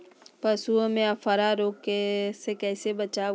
पशुओं में अफारा रोग से कैसे बचाव करिये?